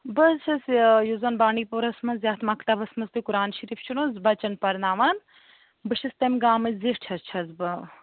بہٕ حظ چھَس یہِ یُس زَن بانٛڈی پوٗرس منٛز یَتھ مَکتَبَس منٛز تُہۍ قۅران شریٖف چھُ نہٕ حظ بَچَن پَرٕناوان بہٕ چھَس تَمہِ گامٕچ زِٹھ حظ چھَس بہٕ